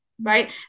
right